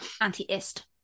anti-ist